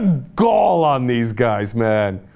go all on these guys mad